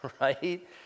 right